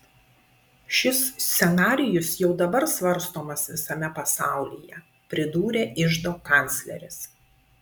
šis scenarijus jau dabar svarstomas visame pasaulyje pridūrė iždo kancleris